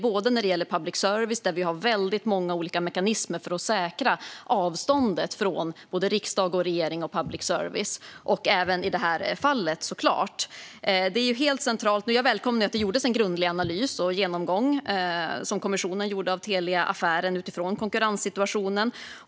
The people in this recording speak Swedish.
Vad gäller public service har vi väldigt många olika mekanismer för att säkra avståndet från både riksdag och regering. Det gäller även såklart i det här fallet. Detta är helt centralt. Jag välkomnar att kommissionen gjorde en grundlig analys och genomgång av Teliaaffären utifrån konkurrenssituationen.